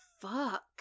fuck